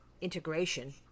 integration